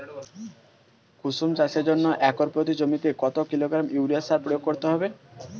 কুসুম চাষের জন্য একর প্রতি জমিতে কত কিলোগ্রাম ইউরিয়া সার প্রয়োগ করতে হবে?